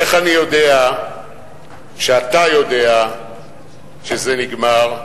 איך אני יודע שאתה יודע שזה נגמר?